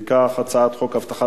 אם כך, אני קובע שהצעת החוק הבטחת